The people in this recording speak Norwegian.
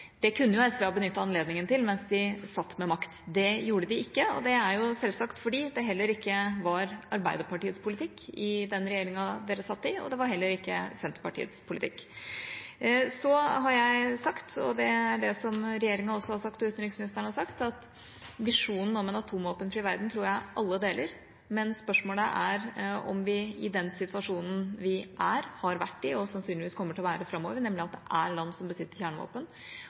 Det kunne SV ha benyttet anledningen til mens de satt med makt. Det gjorde de ikke. Det er selvsagt fordi det ikke var Arbeiderpartiets politikk i den regjeringa de satt i, og det var heller ikke Senterpartiets politikk. Så har jeg sagt – som regjeringa og utenriksministeren også har sagt – at visjonen om en atomvåpenfri verden tror jeg alle deler. Spørsmålet er om NATO – i den situasjonen vi er i, har vært i og sannsynligvis kommer til å være i framover, nemlig at det er land som besitter kjernevåpen